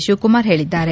ತಿವಕುಮಾರ್ ಹೇಳಿದ್ದಾರೆ